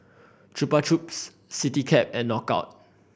Chupa Chups Citycab and Knockout